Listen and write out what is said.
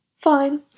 Fine